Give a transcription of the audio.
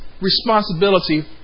responsibility